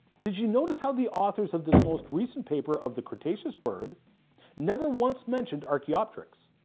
did you notice how the authors of this most recent paper of the cretaceous bird never once mentioned archaeopteryx?